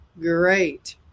great